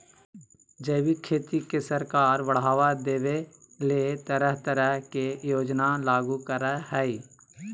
जैविक खेती के सरकार बढ़ाबा देबय ले तरह तरह के योजना लागू करई हई